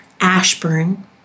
Ashburn